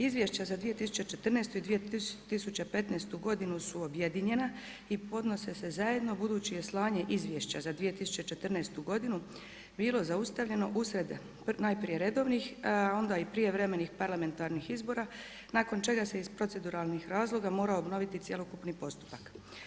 Izvješće za 2014. i 2015. su objedinjena i podnose se zajedno, budući da je slanje izvješća za 2014. bilo zaustavljeno usred, najprije redovnih, a onda i prijevremenih parlamentarnih izvora, nakon čega se iz proceduralnih razloga morao obnoviti cjelokupni postupak.